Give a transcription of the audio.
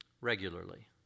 regularly